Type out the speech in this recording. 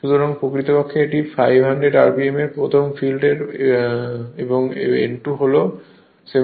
সুতরাং প্রকৃতপক্ষে এটি 500 rpm এর প্রথম ফিল্ড এবং n2 হল 750